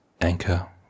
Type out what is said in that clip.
anchor